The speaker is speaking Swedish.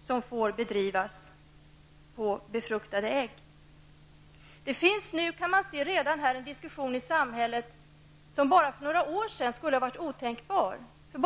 som får bedrivas på befruktade ägg. I samhället förekommer i dag en diskussion som bara för några år sedan skulle ha varit otänkbar.